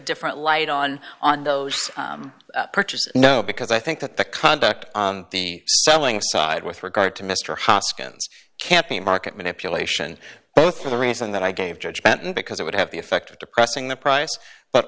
different light on on those purchases no because i think that the conduct on the selling side with regard to mr hoskins can't be market manipulation both for the reason that i gave judgment and because it would have the effect of depressing the price but